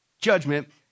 judgment